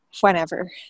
Whenever